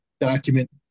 document